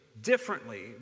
differently